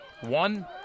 One